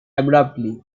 abruptly